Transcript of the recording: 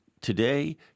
today